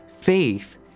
Faith